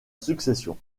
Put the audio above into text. succession